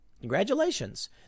Congratulations